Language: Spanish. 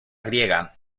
griega